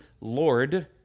Lord